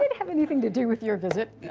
and have anything to do with your visit?